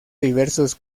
diversos